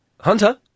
Hunter